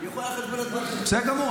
וכל --- בסדר גמור.